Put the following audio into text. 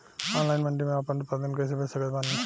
Online मंडी मे आपन उत्पादन कैसे बेच सकत बानी?